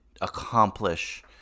accomplish